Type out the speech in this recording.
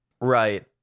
Right